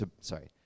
sorry